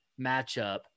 matchup